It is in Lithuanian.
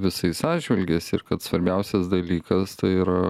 visais atžvilgiais ir kad svarbiausias dalykas tai yra